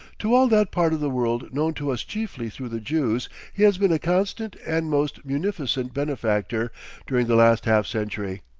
to all that part of the world known to us chiefly through the jews he has been a constant and most munificent benefactor during the last half century,